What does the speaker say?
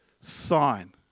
sign